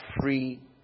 free